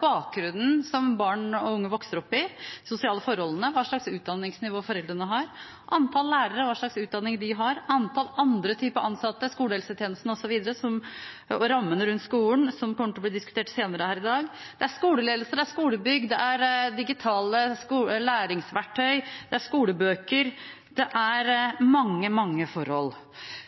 forholdene som barn og unge vokser opp i, hva slags utdanningsnivå foreldrene har. Det er antallet lærere og hva slags utdanning de har. Det er antallet av andre typer ansatte, skolehelsetjenesten osv., og rammene rundt skolen, som kommer til å bli diskutert senere her i dag. Det er skoleledelse, skolebygg, digitale læringsverktøy, skolebøker – det er mange, mange forhold.